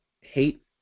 hate